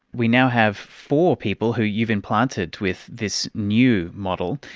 we now have four people who you've implanted with this new model,